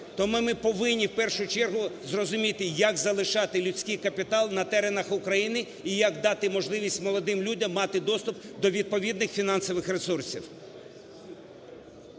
Тому ми повинні в першу чергу зрозуміти, як залишати людський капітал на теренах України і як дати можливість молодим людям мати доступ до відповідних фінансових ресурсів.